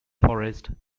forest